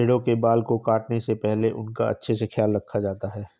भेड़ों के बाल को काटने से पहले उनका अच्छे से ख्याल रखा जाता है